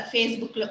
Facebook